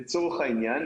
לצורך העניין,